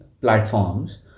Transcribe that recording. platforms